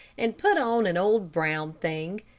and put on an old brown thing,